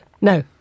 No